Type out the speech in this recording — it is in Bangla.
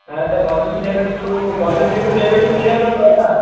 হ্যাঁ তা কত কি নেবে একটু কতো কী একটু নেবে একটু ক্লিয়ার করলে হয় না